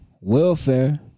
welfare